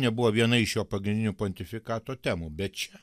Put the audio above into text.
nebuvo viena iš jo pagrindinių pontifikato temų bet čia